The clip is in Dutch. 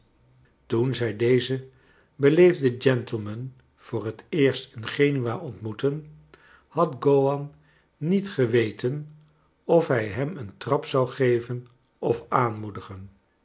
toen zij dezen beleefden gentleman voor het eerst in genua ontmoetten had gowan niet geweten of hij hem een trap zou geven of aanmoedigen